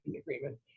agreement